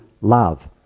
love